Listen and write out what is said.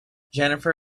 jennifer